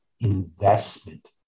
investment